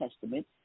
Testament